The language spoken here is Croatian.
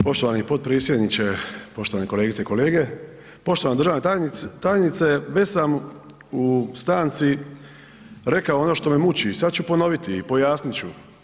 Poštovani potpredsjedniče, poštovane kolegice i kolege, poštovana državna tajnice već sam u stanici rekao ono što me muči i sad ću ponoviti i pojasnit ću.